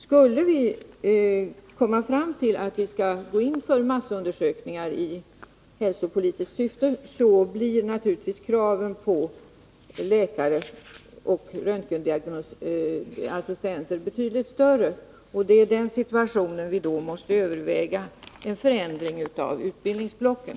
Skulle vi komma fram till att vi skall gåin för massundersökningar i hälsopolitiskt syfte, blir naturligtvis kraven på läkare och röntgenassistenter betydligt större. Det är i den situationen vi då måste överväga en förändring av utbildningsblocket.